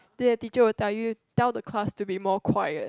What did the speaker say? then the teacher will tell you tell the class to be more quiet